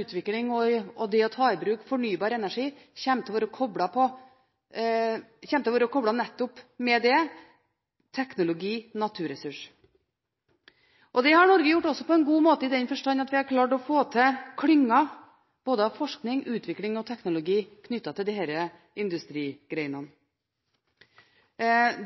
utvikling og det å ta i bruk fornybar energi kommer til å være koblet nettopp mellom teknologi og naturressurs. Det har Norge også gjort på en god måte, i den forstand at vi har klart å få til klynger av både forskning, utvikling og teknologi knyttet til disse industrigrenene.